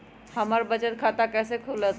हमर बचत खाता कैसे खुलत?